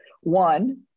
One